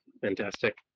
Fantastic